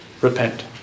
repent